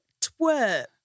twerp